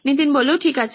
নীতিন ঠিক আছে